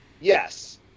Yes